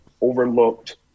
overlooked